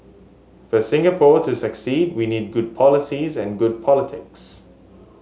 for Singapore to succeed we need good policies and good politics